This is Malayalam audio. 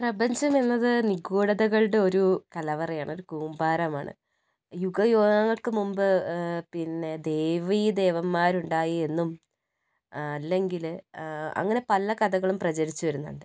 പ്രപഞ്ചം എന്നത് നിഗൂഢതകളുടെ ഒരു കലവറയാണ് ഒരു കൂമ്പാരമാണ് യുഗ യുഗങ്ങൾക്ക് മുൻപ് പിന്നേ ദേവി ദേവന്മാരുണ്ടായി എന്നും അല്ലെങ്കില് അങ്ങനെ പല കഥകളും പ്രചരിച്ചു വരുന്നുണ്ട്